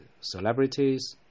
celebrities